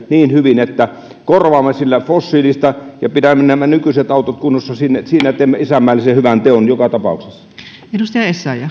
niin hyvin että korvaamme sillä fossiilista ja pidämme nämä nykyiset autot kunnossa siinä teemme isänmaallisen hyvän teon joka tapauksessa